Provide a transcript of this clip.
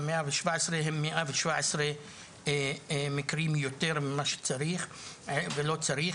ה- 117 הם 117 מקרים יותר ממה שצריך ולא צריך.